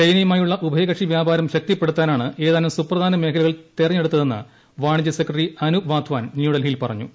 ചൈനയുമായുള്ള ഉഭയകക്ഷി വ്യാപാരം ശക്തിപ്പെടുത്താനാണ് ഏതാനും സുപ്രധാന മേഖലകൾ തെരഞ്ഞെടുത്തതെന്ന് വാണിജ്യ സെക്രട്ടറി അനൂപ് വാധ്വാൻ ന്യൂഡൽഹിയിൽ പറഞ്ഞു